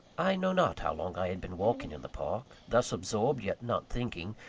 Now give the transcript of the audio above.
i know not how long i had been walking in the park, thus absorbed yet not thinking,